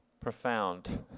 Profound